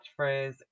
catchphrase